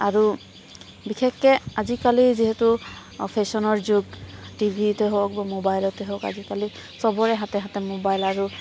আৰু বিশেষকৈ আজিকালি যিহেতু ফেশ্বনৰ যুগ টিভিতে হওক বা মবাইলতে হওক আজিকালি চবৰে হাতে হাতে মবাইল আৰু